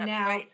now